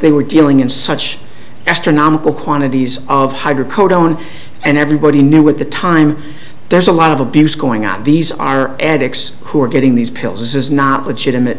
they were dealing in such astronomical quantities of hydrocodone and everybody knew at the time there's a lot of abuse going on these are addicts who are getting these pills this is not legitimate